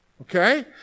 Okay